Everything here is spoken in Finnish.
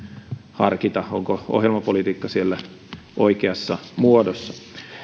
harkita onko ohjelmapolitiikka siellä oikeassa muodossa